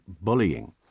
bullying